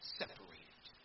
separated